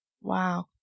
Wow